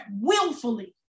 willfully